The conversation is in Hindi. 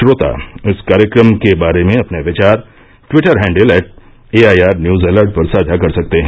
श्रोता इस कार्यक्रम के बारे में अपने विचार Twitter handle at AIR news alert पर साझा कर सकते हैं